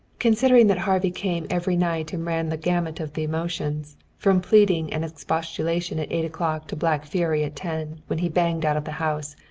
considering that harvey came every night and ran the gamut of the emotions, from pleading and expostulation at eight o'clock to black fury at ten, when he banged out of the house,